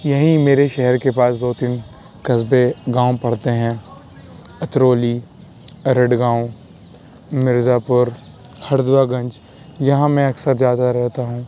یہیں میرے شہر کے پاس دو تین قصبے گاؤں پڑتے ہیں اترولی ارڈ گاؤں مرزا پور ہردوا گنج یہاں میں اکثر جاتا رہتا ہوں